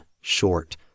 short